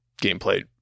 gameplay